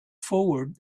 forward